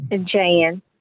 Jan